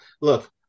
Look